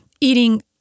eating